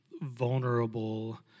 vulnerable